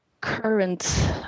current